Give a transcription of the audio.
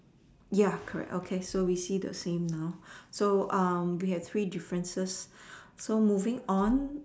ya correct okay so we see the same now so we have three differences so moving on